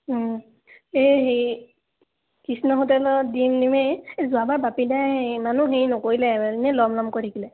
এই হেৰি কৃষ্ণ হোটেলত দিম দিমেই এই যোৱাবাৰ বাপীদাই ইমানো হেৰি নকৰিলে এনেই ল'ম ল'ম কৈ থাকিলে